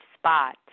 spot